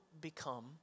become